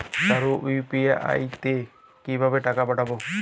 কারো ইউ.পি.আই তে কিভাবে টাকা পাঠাবো?